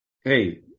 hey